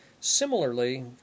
Similarly